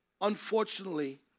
unfortunately